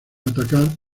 atacar